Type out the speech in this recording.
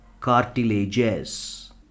cartilages